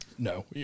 No